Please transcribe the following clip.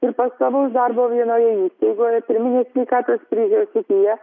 ir pastovaus darbo vienoje įstaigoje priiminėti sveikatos priežiūros srityje